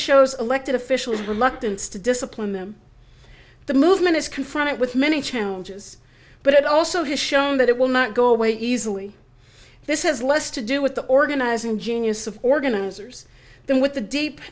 shows elected officials reluctance to discipline them the movement is confronted with many challenges but it also has shown that it will not go away easily this has less to do with the organizing genius of organizers than with the deep